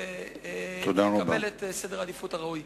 ונקבל סדר עדיפויות ראוי?